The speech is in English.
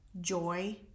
joy